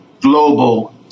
global